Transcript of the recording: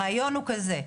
הרעיון הוא כזה,